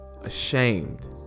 ashamed